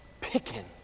picking